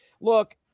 look